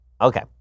Okay